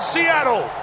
Seattle